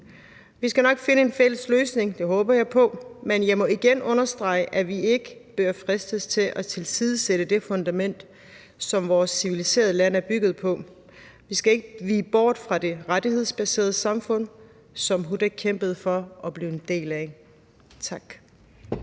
Vi skal nok finde en fælles løsning – det håber jeg på – men jeg må igen understrege, at vi ikke bør fristes til at tilsidesætte det fundament, som vores civiliserede land er bygget på. Vi skal ikke vige bort fra det rettighedsbaserede samfund, som Huda kæmpede for at blive en del af. Tak.